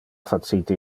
facite